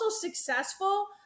successful